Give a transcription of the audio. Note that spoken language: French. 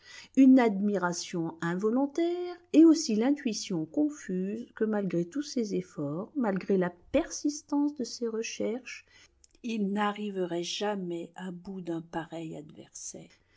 une admiration involontaire et aussi l'intuition confuse que malgré tous ses efforts malgré la persistance de ses recherches il n'arriverait jamais à bout d'un pareil adversaire